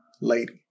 lady